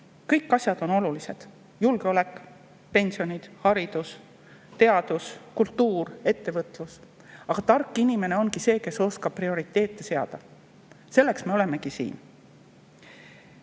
Kõik asjad on olulised: julgeolek, pensionid, haridus, teadus, kultuur, ettevõtlus. Aga tark inimene ongi see, kes oskab prioriteete seada. Selleks me siin